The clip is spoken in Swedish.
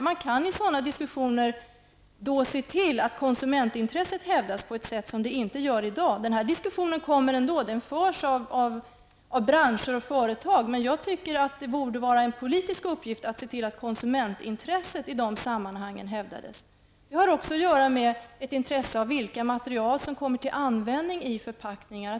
Man kan i sådana diskussioner se till att konsumentintresset hävdas på ett sätt som inte sker i dag. Den diskussionen kommer ändå -- den förs av branscher och företag -- man jag tycker att det borde vara en politisk uppgift att se till att konsumentintresset hävdades i de sammanhangen. Det är också av intresse att bevaka vilka material som kommer till användning i förpackningar.